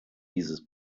dieses